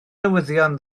newyddion